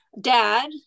dad